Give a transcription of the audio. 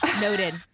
Noted